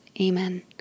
Amen